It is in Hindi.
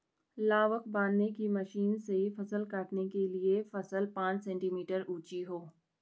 लावक बांधने की मशीन से फसल काटने के लिए फसल पांच सेंटीमीटर ऊंची हो